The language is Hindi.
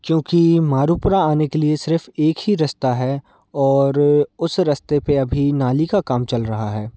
क्योंकि मारुपुरा आने के लिए सिर्फ़ एक ही रस्ता है और उस रस्ते पे अभी नाली का काम चल रहा है